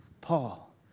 Paul